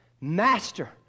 Master